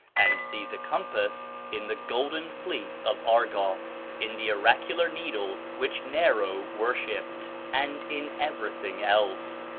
and sees a compass in the golden fleece of argos, in the oracular needle which nero worshipped, and in everything else.